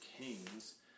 kings